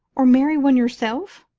or marry one yourself?